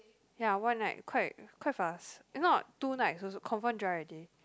ya one night quite quite fast if not two night also confirm dry already